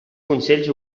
consells